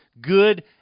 good